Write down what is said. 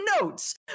notes